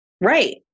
Right